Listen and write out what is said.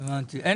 אני